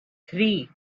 three